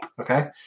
okay